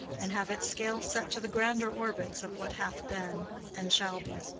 and have its scale set to the grander orbits of what hath been and shall be.